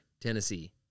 Tennessee